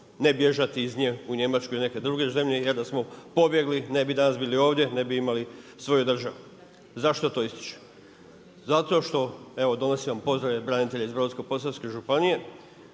ne bježati iz nje u Njemačku ili neke druge zemlje. Jer da smo pobjegli ne bi danas bili ovdje, ne bi imali svoju državu. Zašto to ističem? Zato što evo donosim vam pozdrave branitelja iz Brodsko-posavske županije.